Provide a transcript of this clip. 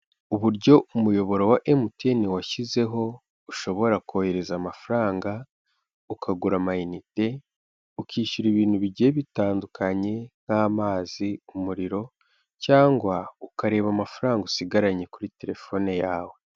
Uburyo umuyoboro wa mtn washyizeho, ushobora kohereza amafaranga, ukagura ama inite, ukishyura ibintu bigiye bitandukanye, nk'amazi, umuriro, cyangwa ukareba amafaranga usigaranye kuri telefone yawe.